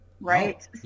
right